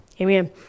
amen